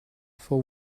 for